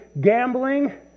gambling